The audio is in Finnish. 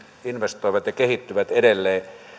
investoivat ja kehittyvät edelleen